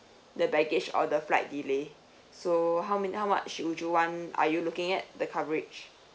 the baggage or the flight delay so how many how much would you want are you looking at the coverage